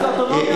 יש שם אוטונומיה.